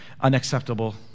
unacceptable